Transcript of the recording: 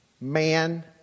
man